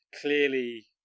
clearly